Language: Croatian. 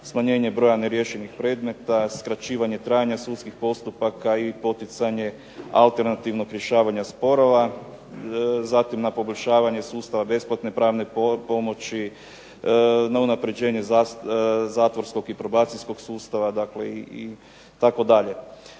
smanjenje broja neriješenih predmeta, skraćivanje trajanja sudskih postupaka i poticanje alternativnog rješavanja sporova, zatim na poboljšavanje sustava besplatne pravne pomoći, na unapređenje zatvorskog i probacijskog sustava, dakle itd.